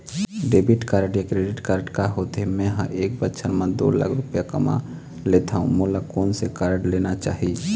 Debit या credit card का होथे, मे ह एक बछर म दो लाख रुपया कमा लेथव मोला कोन से कारड लेना चाही?